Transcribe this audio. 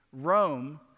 Rome